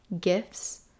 gifts